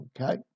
okay